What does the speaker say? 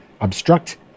obstruct